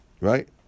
right